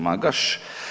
Magaš.